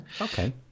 Okay